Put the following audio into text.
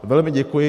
Velmi děkuji.